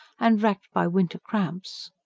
and racked by winter cramps.